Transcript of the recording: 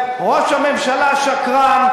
ראש הממשלה שקרן,